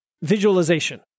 visualization